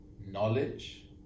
knowledge